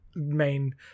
main